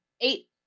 eight